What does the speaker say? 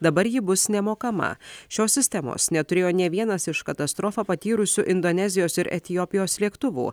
dabar ji bus nemokama šios sistemos neturėjo nė vienas iš katastrofą patyrusių indonezijos ir etiopijos lėktuvų